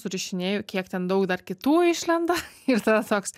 surišinėju kiek ten daug dar kitų išlenda ir tada toks